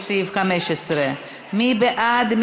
לסעיף 15. מי בעד?